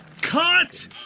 cut